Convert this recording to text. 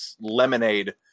lemonade